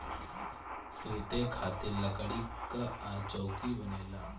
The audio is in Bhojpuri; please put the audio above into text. सुते खातिर लकड़ी कअ चउकी बनेला